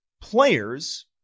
players